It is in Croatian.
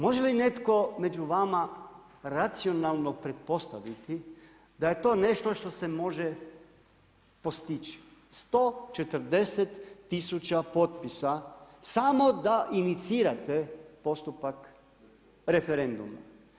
Može li netko među vama racionalno pretpostaviti da je to nešto što se može postići, 140 tisuća potpisa samo da inicirate postupak referenduma?